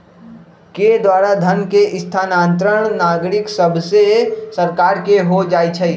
के द्वारा धन के स्थानांतरण नागरिक सभसे सरकार के हो जाइ छइ